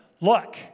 Look